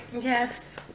Yes